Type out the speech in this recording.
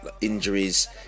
injuries